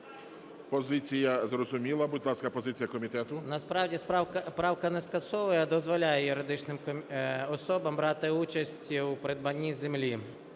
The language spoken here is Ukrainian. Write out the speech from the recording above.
Позиція зрозуміла. Будь ласка, позиція комітету. 10:49:37 СОЛЬСЬКИЙ М.Т. Насправді, правка не скасовує, а дозволяє юридичним особам брати участь у придбанні землі.